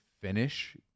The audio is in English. finish